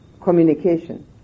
Communication